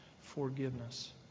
Forgiveness